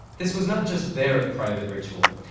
this was not just their private ritual.